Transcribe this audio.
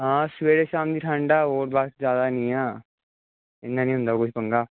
ਹਾਂ ਸਵੇਰੇ ਸ਼ਾਮ ਦੀ ਠੰਡ ਆ ਹੋਰ ਬਸ ਜ਼ਿਆਦਾ ਨਹੀਂ ਆ ਨਹੀਂ ਹੁੰਦਾ ਕੋਈ ਪੰਗਾ